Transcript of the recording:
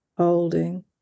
holding